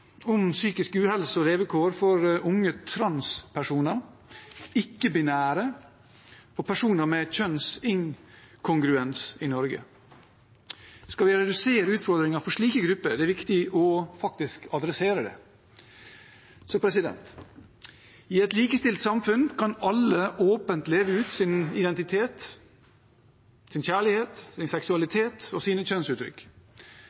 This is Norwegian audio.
om psykisk uhelse og levekår for unge transpersoner, ikke-binære og personer med kjønnsinkongruens i Norge. Skal vi redusere utfordringene for slike grupper, er det viktig faktisk å ta tak i dem. I et likestilt samfunn kan alle åpent leve ut sin identitet, sin kjærlighet, sin